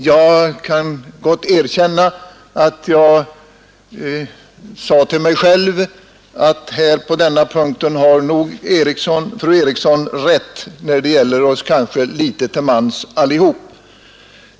Jag kan gott erkänna att jag sade till mig själv att på denna punkt har nog fru Eriksson rätt kanske när det gäller oss allihop.